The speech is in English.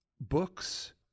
Books